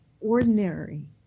ordinary